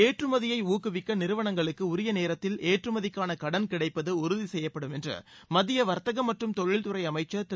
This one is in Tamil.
ஏற்றுமதியை ஊக்குவிக்க நிறுவனங்களுக்கு உரிய நேரத்தில் ஏற்றுமதிக்கான கடன் கிடைப்பது உறுதி செய்யப்படும் என்று மத்திய வர்த்தகம் மற்றும் தொழில்துறை அமைச்சர் திரு